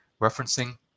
referencing